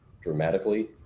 dramatically